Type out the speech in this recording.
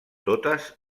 totes